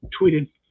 tweeted